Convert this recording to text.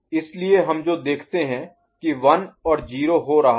इसलिए हम जो देखते हैं कि 1 और 0 हो रहा है